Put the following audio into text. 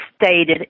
stated